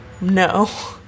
no